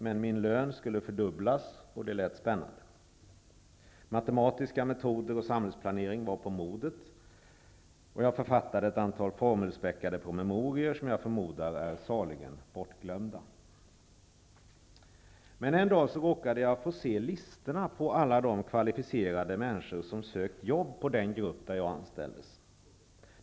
Men min lön skulle fördubblas, och det lät spännande. Matematiska metoder och samhällsplanering var på modet, och jag författade ett otal formelspäckade promemorior, som jag förmodar är saligen bortglömda. Men en dag råkade jag få se listorna på alla de kvalificerade människor som sökt jobb inom den grupp där jag anställdes.